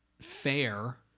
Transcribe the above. fair